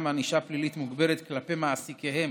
ענישה פלילית מוגברת כלפי מעסיקיהם